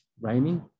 raining